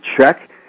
check